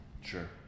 Sure